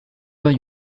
vingt